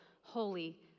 holy